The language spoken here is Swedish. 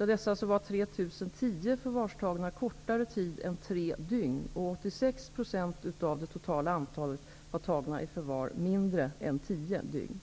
Av dessa var 3 010 förvarstagna kortare tid än tre dygn, och 86 % av totala antalet var tagna i förvar mindre än tio dygn.